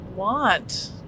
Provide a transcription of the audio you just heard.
want